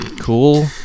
cool